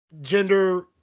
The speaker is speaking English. gender